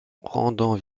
rendant